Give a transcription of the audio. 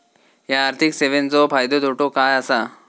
हया आर्थिक सेवेंचो फायदो तोटो काय आसा?